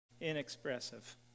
Inexpressive